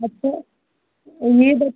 अच्छा उम्मीद है